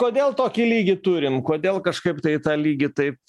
kodėl tokį lygį turim kodėl kažkaip tai tą lygį taip